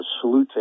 salute